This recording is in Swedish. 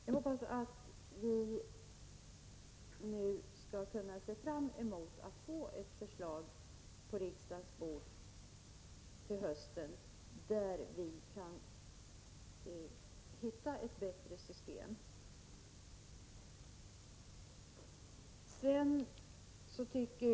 Jag hoppas att vi skall få ett förslag på riksdagens bord till hösten som ger oss ett bättre system.